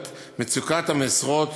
את מצוקת המשרות